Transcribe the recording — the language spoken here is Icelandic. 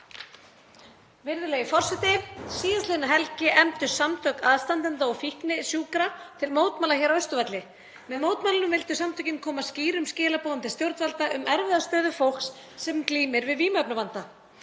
Virðulegi forseti. Síðastliðna helgi efndu Samtök aðstandenda og fíknisjúkra til mótmæla hér á Austurvelli. Með mótmælunum vildu Samtökin koma skýrum skilaboðum til stjórnvalda um erfiða stöðu fólks sem glímir við vímuefnavanda.